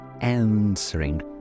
answering